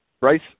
Bryce